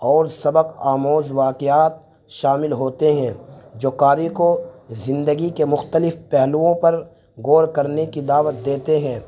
اور سبق آموز واقعات شامل ہوتے ہیں جو قاری کو زندگی کے مختلف پہلوؤں پر غور کرنے کی دعوت دیتے ہیں